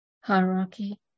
hierarchy